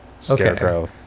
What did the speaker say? scarecrow